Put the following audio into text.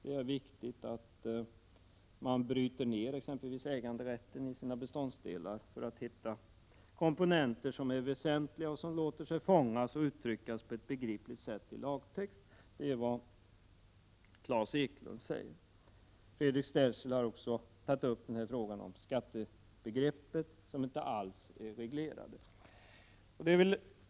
Det är viktigt att man bryter ned exempelvis äganderätten i dess beståndsdelar för att hitta komponenter som är väsentliga och som låter sig fångas och uttryckas på ett begripligt sätt i lagtext. Det är vad Claes Eklundh säger. Fredrik Sterzel har också tagit upp frågan om skattebegreppet, som inte alls är reglerat.